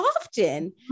often